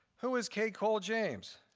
who is kay cole james?